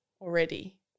already